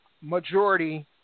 majority